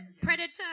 Predator